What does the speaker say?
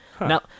Now